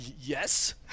Yes